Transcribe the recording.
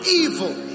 evil